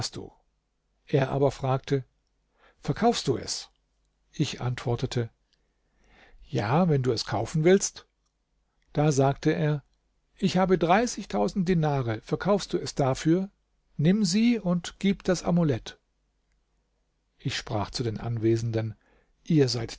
er aber fragte verkaufst du es ich antwortete ja wenn du es kaufen willst da sagte er ich habe dreißigtausend dinare verkaufst du es dafür nimm sie und gib das amulett ich sprach zu den anwesenden ihr seid